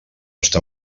està